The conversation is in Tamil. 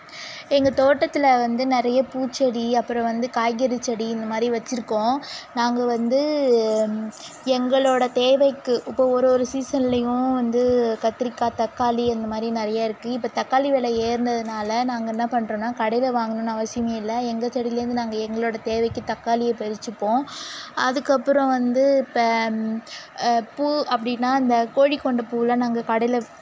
எங்கள் தோட்டத்தில் வந்து நிறைய பூச்செடி அப்புறம் வந்து காய்கறிச் செடி இந்தமாதிரி வச்சுருக்கோம் நாங்கள் வந்து எங்களோடய தேவைக்கு இப்போ ஒரு ஒரு சீசன்லேயும் வந்து கத்திரிக்காய் தக்காளி அந்தமாதிரி நிறைய இருக்குது இப்போ தக்காளி வெலை ஏறுனதுனால் நாங்கள் என்ன பண்றோன்னால் கடையில் வாங்கணுன்னு அவசியமே இல்லை எங்கள் செடிலேருந்து நாங்கள் எங்களோடய தேவைக்கு தக்காளியை பறிச்சிப்போம் அதுக்கப்புறம் வந்து இப்போ பூ அப்படின்னா இந்த கோழிக்கொண்டைப்பூலாம் நாங்கள் கடையில்